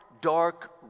dark